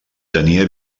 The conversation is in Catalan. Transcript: tenia